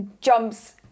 jumps